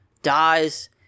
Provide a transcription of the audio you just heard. dies